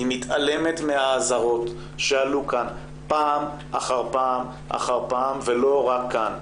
היא מתעלמת מהאזהרות שעלו כאן פעם אחר פעם אחר פעם ולא רק כאן,